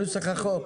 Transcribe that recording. אין תזכיר.